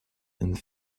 and